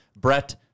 Brett